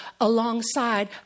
alongside